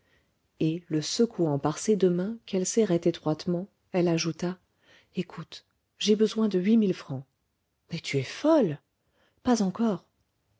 et le secouant par ses deux mains qu'elle serrait étroitement elle ajouta écoute j'ai besoin de huit mille francs mais tu es folle pas encore